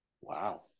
Wow